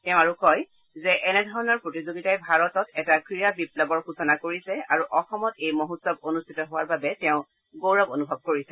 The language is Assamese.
তেওঁ আৰু কয় যে এনেধৰণৰ প্ৰতিযোগিতাই ভাৰতত এটা ক্ৰীড়া বিপ্লৱৰ সূচনা কৰিছে আৰু অসমত এই মহোৎসৱ অনুষ্ঠিত হোৱাৰ বাবে তেওঁ গৌৰৱ অনুভৱ কৰিছে